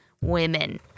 women